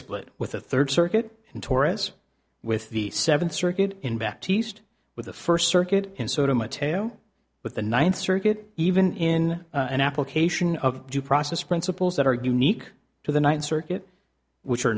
split with a third circuit and torres with the seventh circuit in back to east with the first circuit in sort of a tale with the ninth circuit even an application of due process principles that are unique to the ninth circuit which are